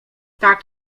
tak